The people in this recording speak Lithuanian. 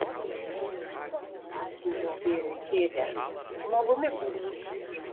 sėskis ir tu pastūmiau bėriui kėdę žmogumi būsi